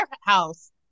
house